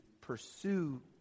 pursue